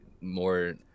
more